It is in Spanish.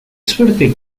suerte